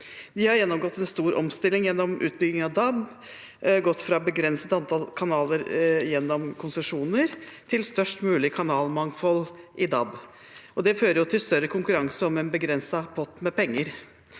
De har gjennomgått en stor omstilling gjennom utbyggingen av DAB, og de har gått fra et begrenset antall kanaler gjennom konsesjoner til størst mulig kanalmangfold i DAB. Dette fører til større konkurranse om en begrenset pott med penger.